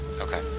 Okay